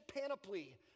panoply